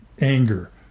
anger